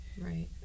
Right